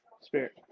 Spirit